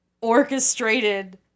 orchestrated